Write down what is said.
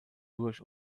durch